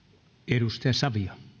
arvoisa puhemies